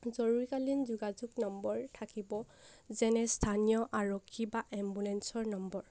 জৰুৰীকালীন যোগাযোগ নম্বৰ থাকিব যেনে স্থানীয় আৰক্ষী বা এম্বুলেঞ্চৰ নম্বৰ